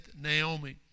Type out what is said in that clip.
Naomi